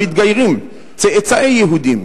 למתגיירים, צאצאי יהודים,